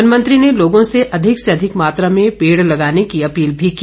वनमंत्री ने लोगों से अधिक से अधिक मात्रा में पेड़ लगाने की अपील भी की